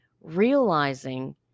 realizing